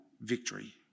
victory